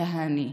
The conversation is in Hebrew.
תהאני,